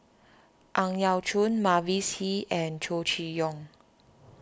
Ang Yau Choon Mavis Hee and Chow Chee Yong